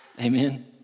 Amen